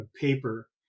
paper